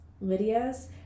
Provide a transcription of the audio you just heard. Lydia's